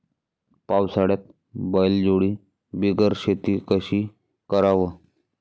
पावसाळ्यात बैलजोडी बिगर शेती कशी कराव?